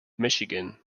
michigan